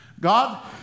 God